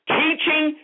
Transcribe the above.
teaching